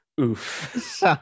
Oof